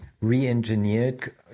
re-engineered